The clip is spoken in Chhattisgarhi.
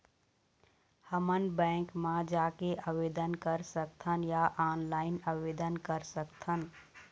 हमन बैंक मा जाके आवेदन कर सकथन या ऑनलाइन आवेदन कर सकथन?